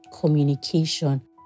communication